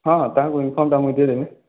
ହଁ ତାହାକୁ ଇନ୍ଫର୍ମଟା ମୁଇଁ ଦେଇ ଦେମି